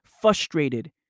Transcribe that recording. frustrated